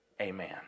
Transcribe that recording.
Amen